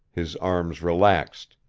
his arms relaxed,